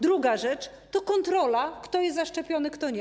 Druga rzecz to kontrola, kto jest zaszczepiony, a kto nie.